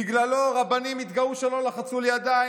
בגללו רבנים התגאו שלא לחצו לי ידיים,